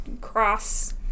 cross